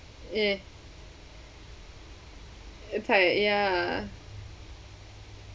eh part ya